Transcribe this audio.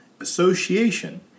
Association